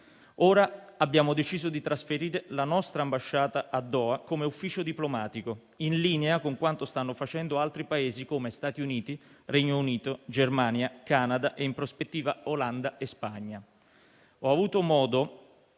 Ora abbiamo deciso di trasferire la nostra ambasciata a Doha come ufficio diplomatico, in linea con quanto facendo altri Paesi come Stati Uniti, Regno Unito, Germania, Canada e in prospettiva Olanda e Spagna.